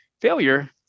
failure